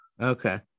Okay